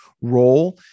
role